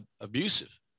abusive